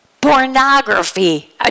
pornography